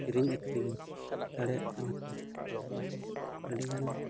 ᱠᱤᱨᱤᱧ ᱟᱹᱠᱷᱨᱤᱧ ᱫᱟᱲᱮᱭᱟᱜ ᱠᱟᱱᱟ ᱠᱚ ᱟᱹᱰᱤ ᱜᱟᱱ